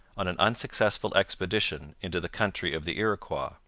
on an unsuccessful expedition into the country of the iroquois.